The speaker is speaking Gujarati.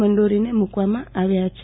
મંડોરીને મુકવામાં આવ્યા છે